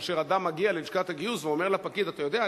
שכאשר אדם מגיע ללשכת הגיוס ואומר לפקיד: אתה יודע,